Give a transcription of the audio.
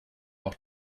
auch